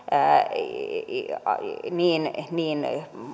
niin niin